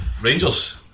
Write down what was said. Rangers